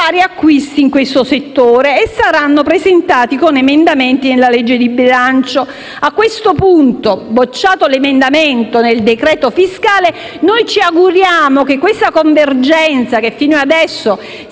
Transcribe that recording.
acquisti in questo settore e saranno presentate con emendamenti al disegno di legge di bilancio. A questo punto, respinto l'emendamento al decreto fiscale, ci auguriamo che la convergenza che fino ad ora si